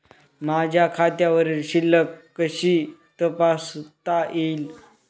माझ्या खात्यावरील शिल्लक कशी तपासता येईल?